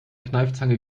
kneifzange